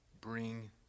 bring